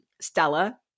Stella